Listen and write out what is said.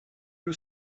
you